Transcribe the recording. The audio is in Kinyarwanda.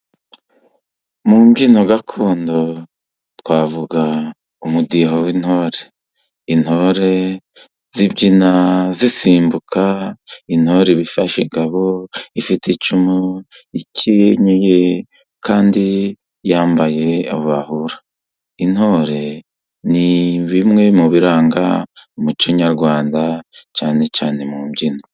Mu mbyino gakondo twavuga umudiho w'intore. Intore zibyina zisimbuka, intore iba ifashe ingabo, ifite icumu, ikenyeye kandi yambaye abahura. Intore ni bimwe mu biranga umuco nyarwanda cyane cyane mu mbyino.